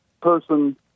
person